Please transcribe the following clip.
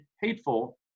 hateful